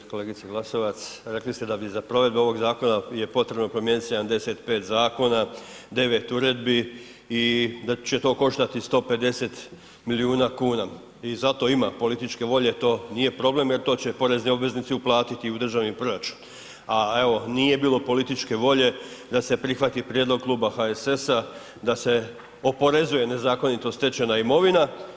Kolegice Glasovac rekli ste da bi za provedbu ovog zakona je potrebno promijenit 75 zakona, 9 uredbi i da će to koštati 150 milijuna kuna i za to ima političke volje, to nije problem jer to će porezni obveznici uplatiti u državni proračun, a evo nije bilo političke volje da se prihvati prijedlog Klub HSS-a da se oporezuje nezakonito stečena imovina.